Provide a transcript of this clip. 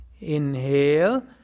Inhale